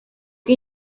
que